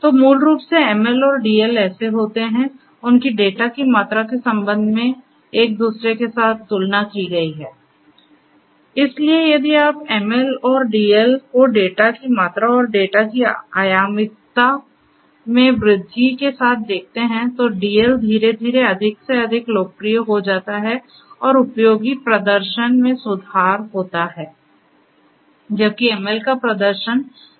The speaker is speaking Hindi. तो मूल रूप से ML और DL ऐसे होते हैं उनकी डेटा की मात्रा के संबंध में एक दूसरे के साथ तुलना की गई है इसलिए यदि आप ML और DL को डेटा की मात्रा और डेटा की आयामीता में वृद्धि के साथ देखते हैं तो DL धीरे धीरे अधिक से अधिक लोकप्रिय हो जाता है और उपयोगी प्रदर्शन में सुधार होता है जबकि ML का प्रदर्शन धीमा हो जाएगा